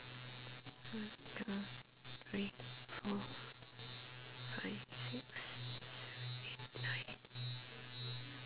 one two three four five six seven eight nine